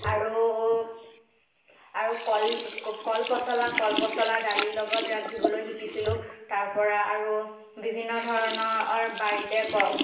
আৰু আৰু কল কল পচলা কল পচলা দালিৰ লগত ৰান্ধিবলৈ শিকিছিলোঁ তাৰ পৰা আৰু বিভিন্ন ধৰণৰ বাৰীতে